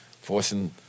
forcing